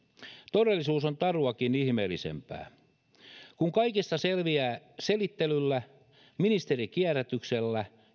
todellisuus on taruakin ihmeellisempää kun kaikesta selviää selittelyllä ministerikierrätyksellä